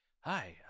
hi